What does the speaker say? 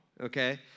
okay